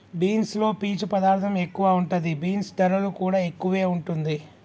beans లో పీచు పదార్ధం ఎక్కువ ఉంటది, బీన్స్ ధరలు కూడా ఎక్కువే వుంటుంది